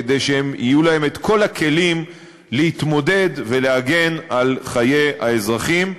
כדי שיהיו להם כל הכלים להתמודד ולהגן על חיי האזרחים.